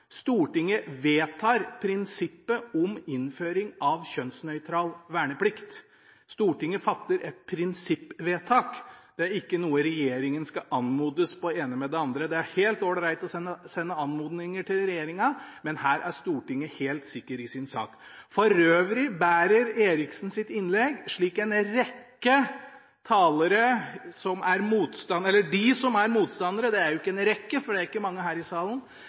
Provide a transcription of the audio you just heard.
Stortinget fatter et prinsippvedtak. Det er ikke noe regjeringen skal anmodes om – eller det ene med det andre. Det er helt ålreit å sende anmodninger til regjeringa, men her er Stortinget helt sikker i sin sak. For øvrig bærer Eriksens innlegg preg av, slik som innleggene til en rekke talere som er motstandere – eller de som er motstandere av kjønnsnøytral verneplikt, og det er ikke «en rekke», for det er ikke mange her i salen